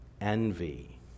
envy